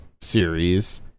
series